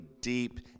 deep